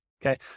Okay